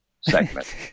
segment